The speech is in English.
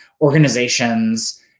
organizations